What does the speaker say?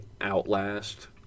Outlast